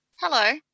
hello